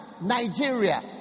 Nigeria